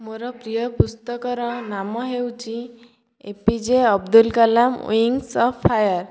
ମୋ'ର ପ୍ରିୟ ପୁସ୍ତକର ନାମ ହେଉଛି APJ Abdul Kalam wings of fire